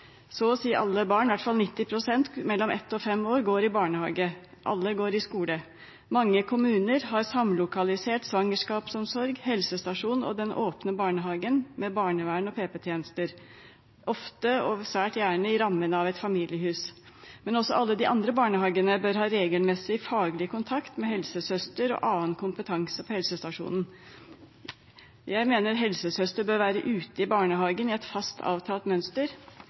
Så å si alle barn, i hvert fall 90 pst., mellom ett og fem år går i barnehage. Alle går i skole. Mange kommuner har samlokalisert svangerskapsomsorg, helsestasjon og den åpne barnehagen med barnevern og PP-tjenester – ofte, og svært gjerne, i rammen av et familiehus. Men også alle de andre barnehagene bør ha regelmessig faglig kontakt med helsesøster og annen kompetanse på helsestasjonen. Jeg mener helsesøster bør være ute i barnehagene i et fast, avtalt mønster.